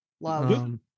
love